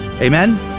Amen